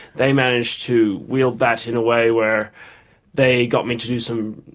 they managed to wield that in a way where they got me to do some